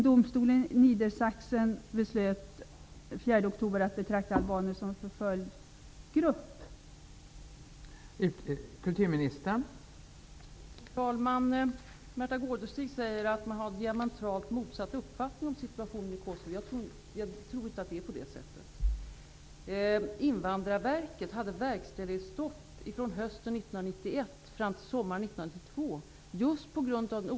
Domstolen i Niedersachsen beslöt den 4 oktober att betrakta albanerna som en förföljd grupp.